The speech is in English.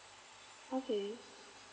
okay